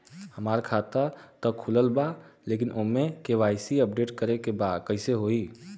हमार खाता ता खुलल बा लेकिन ओमे के.वाइ.सी अपडेट करे के बा कइसे होई?